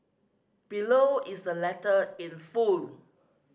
below is the letter in full